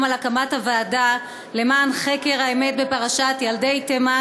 על הקמת הוועדה למען חקר האמת בפרשת ילדי תימן,